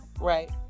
right